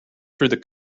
through